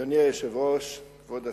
אדוני היושב-ראש, כבוד השר,